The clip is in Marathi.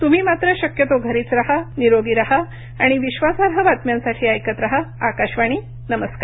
त्म्ही मात्र शक्यतो घरीच राहा निरोगी राहा आणि विश्वासार्ह बातम्यांसाठी ऐकत राहा आकाशवाणी नमस्कार